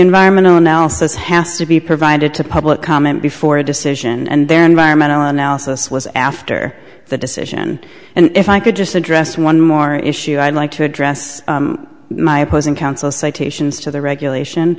environmental analysis has to be provided to public comment before a decision and then vironment on alsace was after the decision and if i could just address one more issue i'd like to address my opposing counsel citations to the regulation